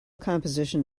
composition